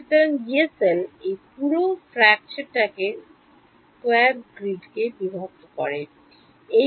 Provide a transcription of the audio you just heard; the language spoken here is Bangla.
সুতরাং Yee cell এই পুরো fracture টাকে square grid কে বিভক্ত করবে